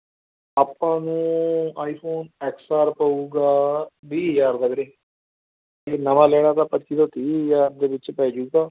ਆਪਾਂ ਨੂੰ iPhone X R ਪਵੇਗਾ ਵੀਹ ਹਜ਼ਾਰ ਦਾ ਵੀਰੇ ਨਵਾਂ ਲੈਣਾ ਤਾਂ ਪੱਚੀ ਤੋਂ ਤੀਹ ਹਜ਼ਾਰ ਦੇ ਵਿੱਚ ਪੈ ਜੂਗਾ